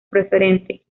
preferente